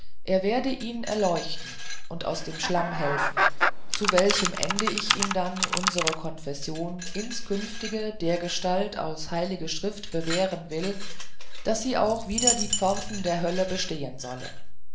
er werde ihn erleuchten und aus dem schlamm helfen zu welchem ende ich ihm dann unsere konfession inskünftige dergestalt aus hl schrift bewähren will daß sie auch wider die pforten der hölle bestehen solle